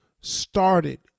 started